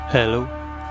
Hello